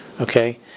okay